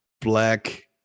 Black